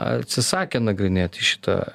atsisakė nagrinėti šitą